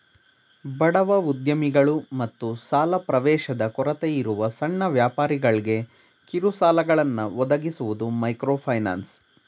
ಬಡವ ಉದ್ಯಮಿಗಳು ಮತ್ತು ಸಾಲ ಪ್ರವೇಶದ ಕೊರತೆಯಿರುವ ಸಣ್ಣ ವ್ಯಾಪಾರಿಗಳ್ಗೆ ಕಿರುಸಾಲಗಳನ್ನ ಒದಗಿಸುವುದು ಮೈಕ್ರೋಫೈನಾನ್ಸ್